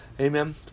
Amen